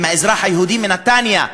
עם האזרח היהודי מנתניה,